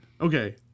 Okay